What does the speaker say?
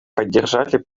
поддержали